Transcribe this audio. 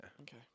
Okay